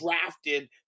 drafted